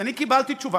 קיבלתי תשובה.